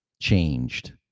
changed